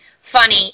funny